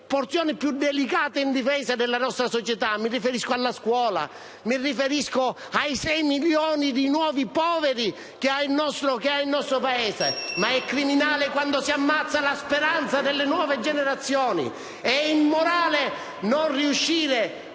porzioni più delicate e indifese della nostra società (mi riferisco alla scuola, ai sei milioni di nuovi poveri che ha il nostro Paese), ma è criminale in quanto si ammazza la speranza delle nuove generazioni. È immorale non riuscire